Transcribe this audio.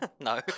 No